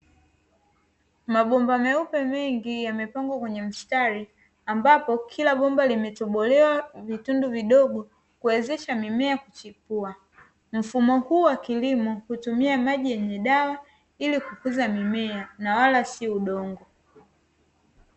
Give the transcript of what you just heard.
Mabomba meupe mengi yamepangwa kwenye mstari ambapo kila bomba limetobolewa vitundu vidogo kuwezesha mimea kuchipua, mfumo huu wa kilimo hutumia maji yenye dawa ili kukuza mimea na wala si udongo.